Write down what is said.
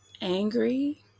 angry